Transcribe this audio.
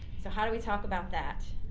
so how do we talk about that?